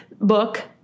book